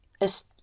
Es